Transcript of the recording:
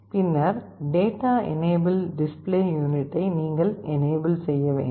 பின்னர் data enable நீங்கள் display யூனிட்டை எனேபில் செய்ய வேண்டும்